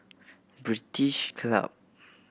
British Club